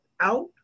out